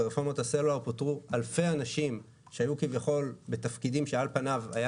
ברפורמת הסלולר פוטרו אלפי אנשים שהיו כביכול בתפקידים שעל פניו היה